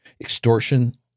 extortion